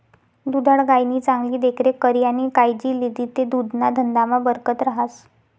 दुधाळ गायनी चांगली देखरेख करी आणि कायजी लिदी ते दुधना धंदामा बरकत रहास